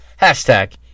Hashtag